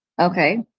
okay